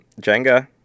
Jenga